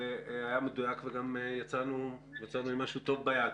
זה היה מדויק וגם יצאנו עם משהו טוב ביד.